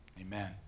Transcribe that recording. Amen